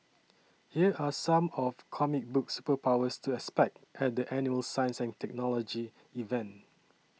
here are some of comic book superpowers to expect at the annual science and technology event